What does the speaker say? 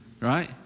right